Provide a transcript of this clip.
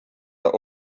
are